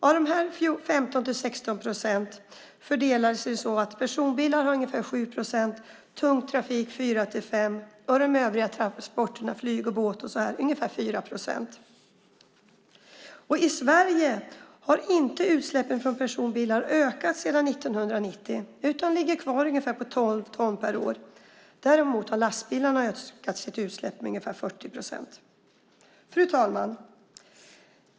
Av dessa 15-16 procent står personbilar för ungefär 7 procent, tung trafik för 4-5 procent och de övriga transporterna, flyg och båt, för ungefär 4 procent. I Sverige har inte utsläppen från personbilar ökat sedan 1990, utan de ligger kvar på ungefär 12 miljoner ton per år. Däremot har lastbilarna ökat sina utsläpp med ca 40 procent. Fru talman!